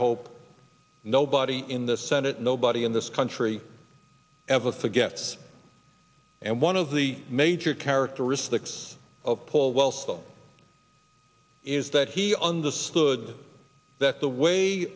hope nobody in the senate nobody in this country ever forgets and one of the major characteristics of paul wellstone is that he understood that the way